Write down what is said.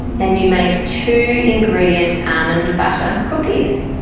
and you make two ingredient almond butter cookies.